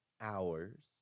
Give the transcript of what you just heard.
hours